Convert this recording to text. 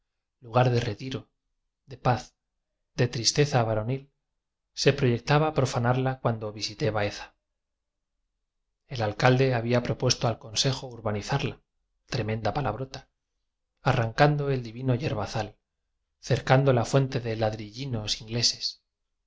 lugar de retiro de paz de tristeza varonil se proyectaba profanarla cuando visité baeza el alcalde había propuesto al consejo urbanizarla tre menda palabrota arrancando el divino yer bazal cercando la fuente de jardinillos in gleses